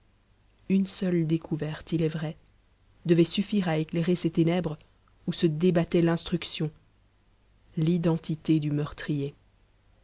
une seule découverte il est vrai devait suffire à éclairer ces ténèbres où se débattait l'instruction l'identité du meurtrier